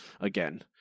again